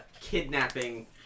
kidnapping